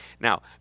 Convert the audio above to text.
Now